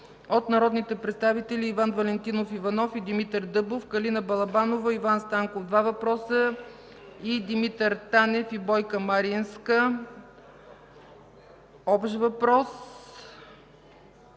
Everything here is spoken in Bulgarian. от народните представители Иван Валентинов Иванов и Димитър Дъбов, Калина Балабанова, Иван Станков – два въпроса, и Димитър Танев и Бойка Маринска – общ въпрос,